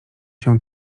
się